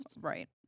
Right